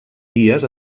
dies